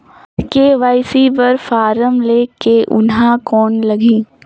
KYC बर form ले के ऊहां कौन लगही?